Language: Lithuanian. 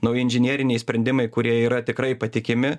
nauji inžinieriniai sprendimai kurie yra tikrai patikimi